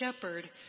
shepherd